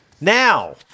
Now